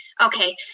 Okay